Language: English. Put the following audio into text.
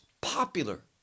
popular